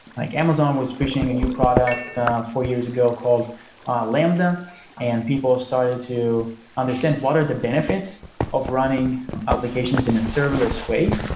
like amazon was pushing a new product four years ago called lambda and people started to understand what are the benefits of running application in a serverless way,